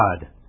God